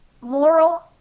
moral